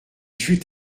fut